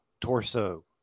torso